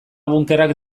bunkerrak